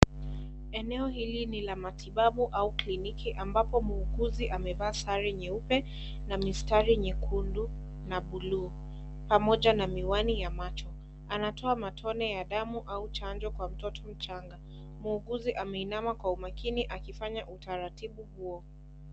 Eneo hili ni la matibabu au kliniki ambapo muuguzi amevaa sare nyeupe, na mistari nyekundu na bluu pamoja na miwani ya macho. Anatoa matone ya damu au chanjo kwa mtoto mchanga. Muuguzi ameinama kwa makini akifanya utaratibu huo.